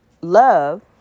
Love